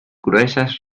gruesas